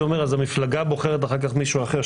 המפלגה בוחרת אחרי זה מועמד אחר.